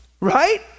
Right